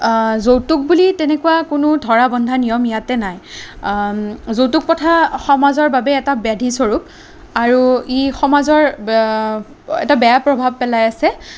যৌতুক বুলি তেনেকুৱা কোনো ধৰা বন্ধা নিয়ম ইয়াতে নাই যৌতুক প্ৰথা সমাজৰ বাবে এটা ব্য়াধিস্বৰূপ আৰু ই সমাজৰ এটা বেয়া প্ৰভাৱ পেলাই আছে